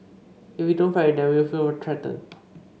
if we don't ferry them we feel threatened